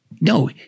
no